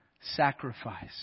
sacrifice